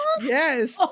yes